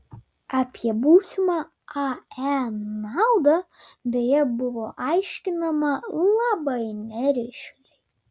apie būsimą ae naudą beje buvo aiškinama labai nerišliai